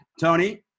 Tony